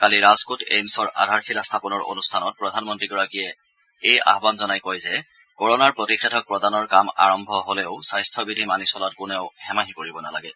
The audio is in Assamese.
কালি ৰাজকোট এইমছৰ আধাৰশিলা স্থাপনৰ অনুষ্ঠানত প্ৰধানমন্ত্ৰীগৰাকীয়ে এই আহান জনাই কয় যে কৰণাৰ প্ৰতিষেধক প্ৰদানৰ কাম আৰম্ভ হলেও স্বাস্থ্য বিধি মানি চলাত কোনেও হেমাহি কৰিব নালাগে